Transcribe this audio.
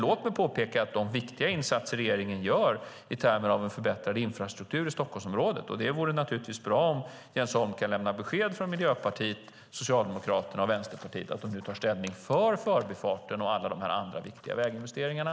Låt mig påpeka att det är viktiga insatser som regeringen gör i termer av en förbättrad infrastruktur i Stockholmsområdet. Det vore naturligtvis bra om Jens Holm kunde lämna besked från Miljöpartiet, Socialdemokraterna och Vänsterpartiet att man nu tar ställning för förbifarten och alla de andra viktiga väginvesteringarna.